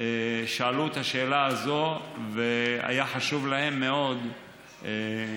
שאלו את השאלה הזאת, והיה חשוב להם מאוד לדעת